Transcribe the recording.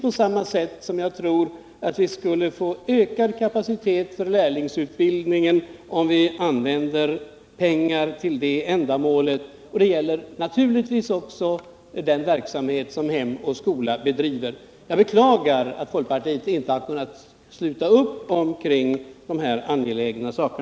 På samma sätt tror jag att man skulle uppnå ökad kapacitet för lärlingsutbildning om man använde pengar till det ändamålet. Detta gäller naturligtvis också den verksamhet som Hem och Skola bedriver. Jag beklagar att folkpartiet inte har kunnat sluta upp kring dessa angelägna saker.